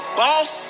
boss